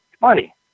money